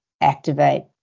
activate